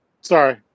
Sorry